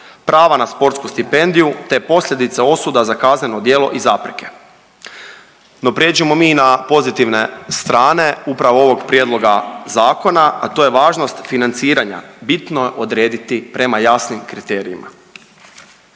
prava na sportsku stipendiju, te posljedice osuda za kazneno djelo i zapreke. No pređimo mi na pozitivne strane upravo ovog prijedloga zakona, a to je važnost financiranja bitno odrediti prema jasnim kriterijima.